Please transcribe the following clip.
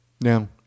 Now